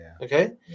Okay